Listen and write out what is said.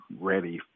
ready